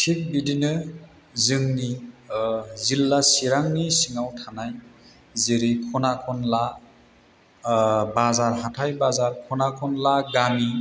थिख बिदिनो जोंनि जिल्ला चिरांनि सिङाव थानाय जेरै खना खनला बाजार हाथाय बाजार खना खनला गामि